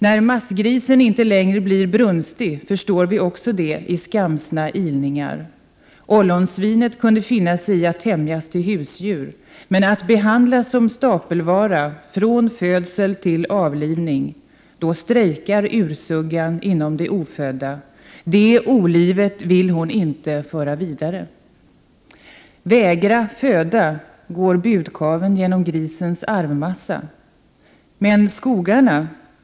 När massgrisen inte längre blir brunstig förstår vi också det i skamsna ilningar: ollonsvinet kunde finna sig i att tämjas till husdjur men att behandlas som stapelvara det o-livet vill hon inte föra vidare. Vägra föda! går budkaveln genom grisens arvsmassa? Men skogarna?